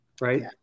right